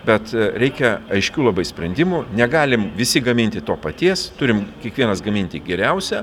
bet reikia aiškių labai sprendimų negalim visi gaminti to paties turim kiekvienas gaminti geriausia